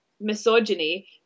misogyny